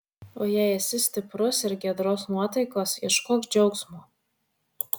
o jei esi stiprus ir giedros nuotaikos ieškok džiaugsmo